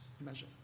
measure